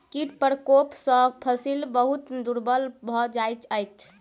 कीट प्रकोप सॅ फसिल बहुत दुर्बल भ जाइत अछि